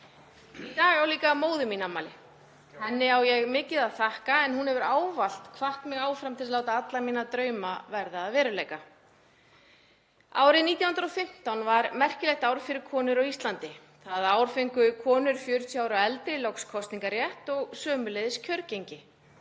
Í dag á líka móðir mín afmæli. Henni á ég mikið að þakka en hún hefur ávallt hvatt mig áfram til að láta alla mína drauma verða að veruleika. Árið 1915 var merkilegt ár fyrir konur á Íslandi. Það ár fengu konur 40 ára og eldri loks kosningarrétt og sömuleiðis kjörgengi